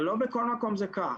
אבל לא בכל מקום זה כך,